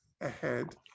ahead